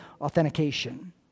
authentication